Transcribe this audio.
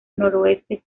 noroeste